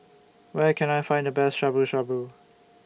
Where Can I Find The Best Shabu Shabu